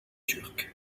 turcs